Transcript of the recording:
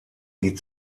die